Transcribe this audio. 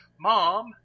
Mom